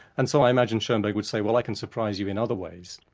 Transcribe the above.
and so i imagine schoenberg would say, well i can surprise you in other ways.